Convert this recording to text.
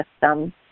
system